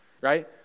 right